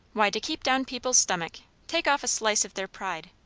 why, to keep down people's stomach take off a slice of their pride.